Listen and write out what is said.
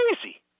crazy